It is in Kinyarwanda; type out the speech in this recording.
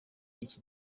iki